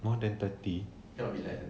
more than thirty